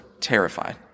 terrified